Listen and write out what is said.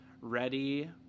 ready